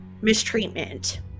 mistreatment